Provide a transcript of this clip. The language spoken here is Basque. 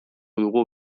dugu